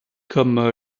comme